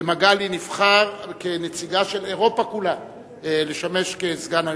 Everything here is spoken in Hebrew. ומגלי נבחר כנציגה של אירופה כולה לשמש כסגן היושב-ראש.